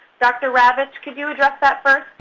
dr. ravitch, could you address that first?